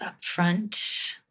upfront